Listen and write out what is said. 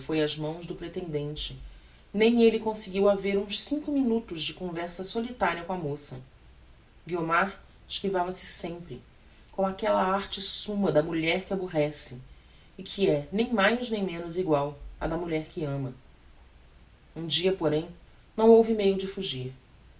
ás mãos do pretendente nem elle conseguiu haver uns cinco minutos de conversa solitaria com a moça guiomar esquivava se sempre com aquella arte summa da mulher que aborrece e que é nem mais nem menos egual á da mulher que ama um dia porém não houve meio de fugir